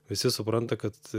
visi supranta kad